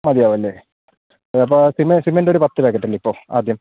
മതിയാവല്ലേ അപ്പ സിമ സിമെൻറ് ഒരു പത്ത് പാക്കറ്റണ്ട് ഇപ്പോ ആദ്യം